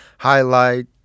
highlight